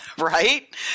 Right